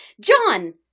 John